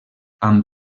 amb